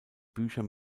bücher